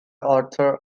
arthur